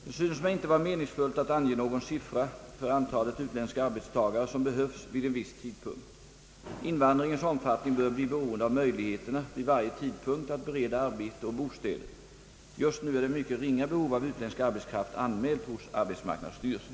Det synes mig inte vara meningsfullt att ange någon siffra för antalet utländska arbetstagare som behövs vid en viss tidpunkt. Invandringens omfattning bör bli beroende av möjligheterna vid varje tidpunkt att bereda arbete och bostäder. Just nu är det mycket ringa behov av utländsk arbetskraft anmält hos arbetsmarknadsstyrelsen.